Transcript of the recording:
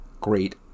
great